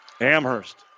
Amherst